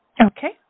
Okay